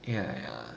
ya ya